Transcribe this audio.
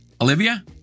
Olivia